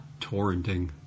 Torrenting